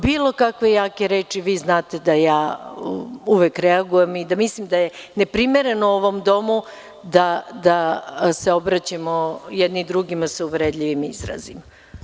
Bilo kakve jake reči, vi znate da ja uvek reagujem i da mislim da je neprimereno ovom domu da se obraćamo jedni drugima sa uvredljivim izrazima.